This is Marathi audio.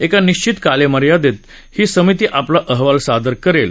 एका निश्चित कालमर्यादेत ही समिती आपला अहवाल सादर करेल